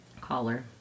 collar